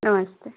नमस्ते